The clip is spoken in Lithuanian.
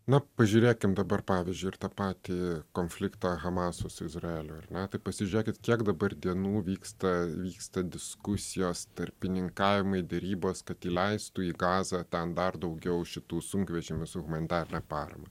na pažiūrėkim dabar pavyzdžiui ir tą patį konfliktą hamaso su izraeliu ar ne tai pasižiūrėkit kiek dabar dienų vyksta vyksta diskusijos tarpininkavimai derybos kad įleistų į gazą ten dar daugiau šitų sunkvežimių su humanitarine parama